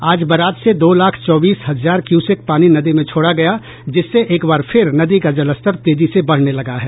आज बराज से दो लाख चौबीस हजार क्यूसेक पानी नदी में छोड़ा गया जिससे एक बार फिर नदी का जलस्तर तेजी से बढ़ने लगा है